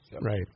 Right